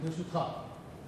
ברשותך.